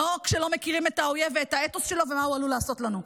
לא כשלא מכירים את האויב ואת האתוס שלו ומה הוא עלול לעשות לנו.